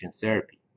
Therapy